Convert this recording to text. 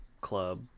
club